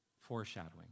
foreshadowing